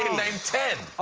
name ten!